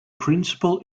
principle